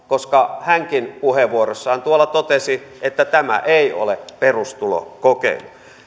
koska hänkin puheenvuorossaan tuolla totesi että tämä ei ole perustulokokeilu